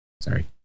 Sorry